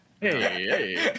hey